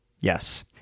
Yes